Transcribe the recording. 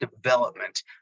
development